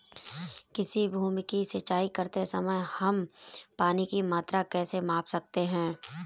किसी भूमि की सिंचाई करते समय हम पानी की मात्रा कैसे माप सकते हैं?